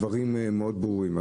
הדברים מאוד ברורים,